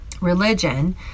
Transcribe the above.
religion